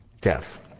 deaf